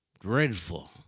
dreadful